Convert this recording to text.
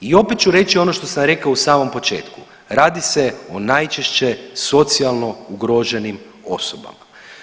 I opet ću reći ono što sam rekao u samom početku, radi se o najčešće socijalno ugroženim osobama.